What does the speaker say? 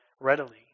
readily